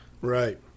Right